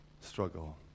struggle